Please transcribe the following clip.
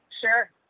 Sure